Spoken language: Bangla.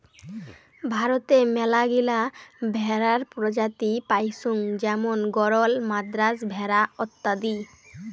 ভারতে মেলাগিলা ভেড়ার প্রজাতি পাইচুঙ যেমন গরল, মাদ্রাজ ভেড়া অত্যাদি